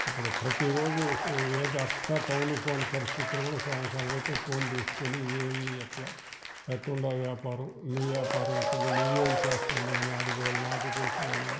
ఇప్పుడు ప్రతీ రోజూ ఏదో అట్టా టౌన్ కి పోని పరిస్థితులో సాయంకాలమైతే ఫోన్ తీసుకొని ఏమి ఎట్లా ఎట్టుండాయ్ ఏపారం నీ యాపారం ఎట్టుంది నువ్వేం చేస్తున్నావ్ అని అడిగేవోళ్ళు నాకు చేసేవోళ్ళు